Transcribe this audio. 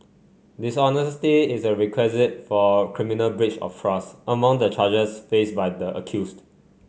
dishonesty is a requisite for criminal breach of trust among the charges faced by the accused